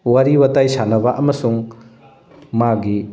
ꯋꯥꯔꯤ ꯋꯥꯇꯥꯏ ꯁꯥꯟꯅꯕ ꯑꯃꯁꯨꯡ ꯃꯥꯒꯤ